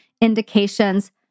indications